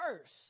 first